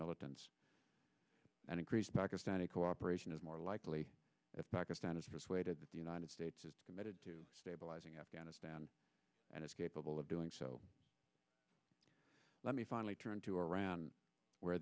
militants and increased pakistani cooperation is more likely if pakistan is persuaded that the united states is committed to stabilizing afghanistan and is capable of doing so let me finally turn to iran where